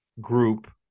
group